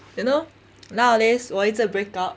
you know nowadays 我一直 break out